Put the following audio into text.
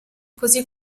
così